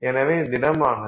எனவே இது திடமானது